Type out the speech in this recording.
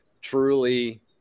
truly